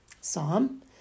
Psalm